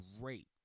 great